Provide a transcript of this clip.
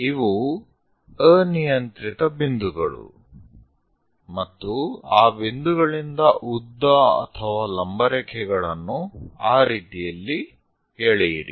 ಇವು ಅನಿಯಂತ್ರಿತ ಬಿಂದುಗಳು ಮತ್ತು ಆ ಬಿಂದುಗಳಿಂದ ಉದ್ದ ಅಥವಾ ಲಂಬ ರೇಖೆಗಳನ್ನು ಆ ರೀತಿಯಲ್ಲಿ ಎಳೆಯಿರಿ